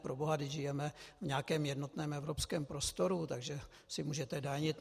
Proboha, vždyť žijeme v nějakém jednotném evropském prostoru, takže si můžete danit.